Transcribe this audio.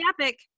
epic